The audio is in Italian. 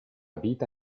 vita